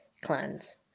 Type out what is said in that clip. clans